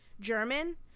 German